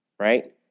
Right